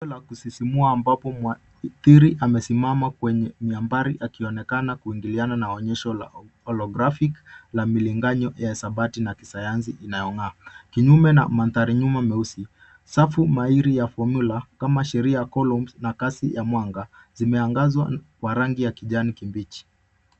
Mfumo la kusisimua ambapo muathiri amesimama kwenye miambari akionekana kuingiliana na onyesho la holographic la milinganyo ya sabati na kisayansi inayong'aa. Kinyume na mandhari nyuma meusi, safu maili ya fomyula kama sheria columns na kasi ya mwanga zimeangazwa kwa rangi ya kijani kibichi